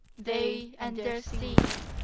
they and their seed,